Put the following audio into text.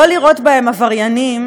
לא לראות בהם עבריינים,